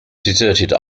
deserted